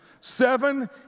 Seven